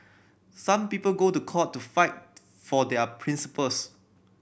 some people go to court to fight for their principles